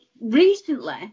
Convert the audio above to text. recently